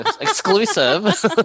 exclusive